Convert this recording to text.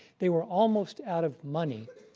they were almost out of money,